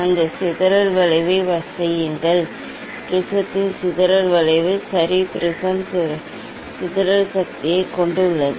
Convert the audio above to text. அந்த சிதறல் வளைவைச் செய்யுங்கள் ப்ரிஸத்தின் சிதறல் வளைவு சரி ப்ரிஸம் சிதறல் சக்தியைக் கொண்டுள்ளது